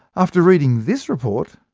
after reading this report,